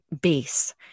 base